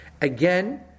Again